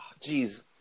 jeez